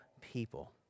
people